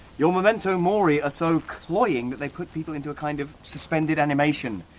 your memento mori are so cloying that they put people into a kind of suspended animation.